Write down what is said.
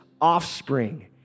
offspring